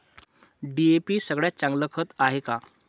DAP सगळ्यात चांगलं खत हाये का?